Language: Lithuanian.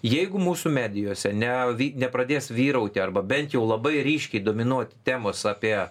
jeigu mūsų medijose ne nepradės vyrauti arba bent jau labai ryškiai dominuoti temos apie